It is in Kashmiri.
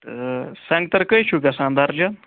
تہٕ سنٛگتَر کٔہہِ چھُو گژھان دَرجَن